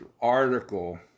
article